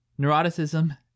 neuroticism